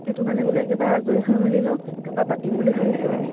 সেইটো কাৰণে বোলে একেবাৰে আজৰি হৈ মেলি লওক তাৰ পৰা পাতিম বুলি ভাবিছোঁ